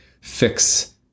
fix